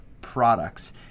products